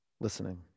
Listening